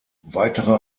weitere